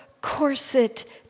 corset